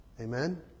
Amen